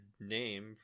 name